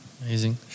Amazing